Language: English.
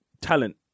talent